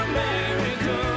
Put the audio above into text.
America